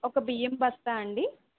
ఒక బియ్యం బస్తా అండి